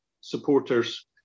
supporters